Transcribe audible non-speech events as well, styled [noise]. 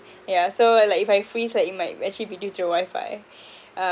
yeah so like if I freeze like it might actually be due to the wifi [breath]